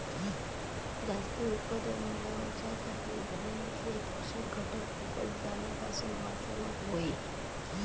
जास्त उत्पादन मेळवच्यासाठी जमिनीतले पोषक घटक फुकट जाण्यापासून वाचवक होये